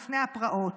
לפני הפרעות,